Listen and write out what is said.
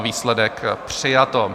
Výsledek: přijato.